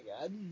God